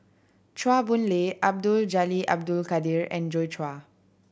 Chua Boon Lay Abdul Jalil Abdul Kadir and Joi Chua